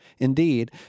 Indeed